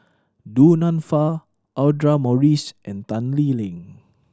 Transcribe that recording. Du Nanfa Audra Morrice and Tan Lee Leng